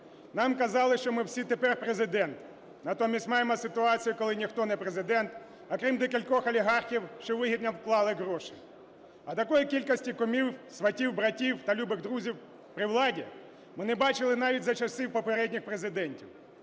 Нам казали, що ми всі тепер президенти. Натомість маємо ситуацію, коли ніхто не президент, окрім декількох олігархів, що вигідно вклали гроші. А такої кількості кумів, сватів, братів та любих друзів при владі ми не бачили навіть за часів попередніх президентів.